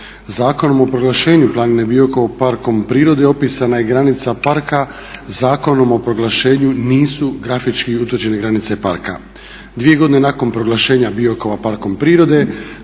Zakonom o proglašenju planine Biokovo parkom prirode opisana je granica parka. Zakonom o proglašenju nisu grafički utvrđene granice parka.